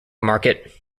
market